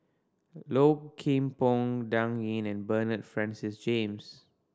Low Kim Pong Dan Ying and Bernard Francis James